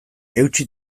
eutsi